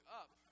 up